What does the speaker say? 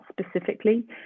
specifically